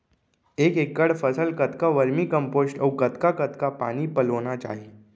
एक एकड़ फसल कतका वर्मीकम्पोस्ट अऊ कतका कतका पानी पलोना चाही?